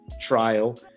trial